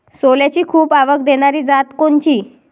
सोल्याची खूप आवक देनारी जात कोनची?